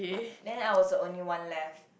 then I was the only one left